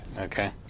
Okay